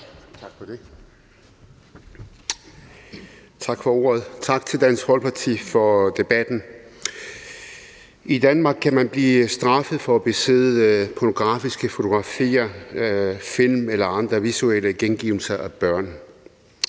Tak for ordet, og tak til Dansk Folkeparti for at rejse debatten. I Danmark kan man blive straffet for at besidde pornografiske fotografier, film eller andre visuelle gengivelser af børn,